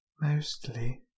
mostly